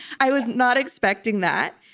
i was not expecting that.